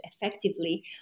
effectively